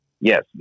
Yes